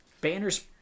Banner's